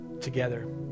together